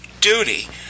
duty